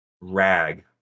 rag